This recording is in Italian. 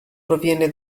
proviene